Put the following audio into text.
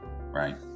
right